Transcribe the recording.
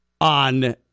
on